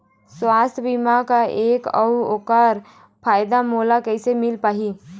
सुवास्थ बीमा का ए अउ ओकर फायदा मोला कैसे मिल पाही?